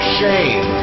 shame